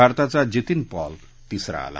भारताचा जितीन पॉल तिसरा आला